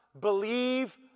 believe